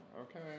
okay